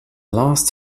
last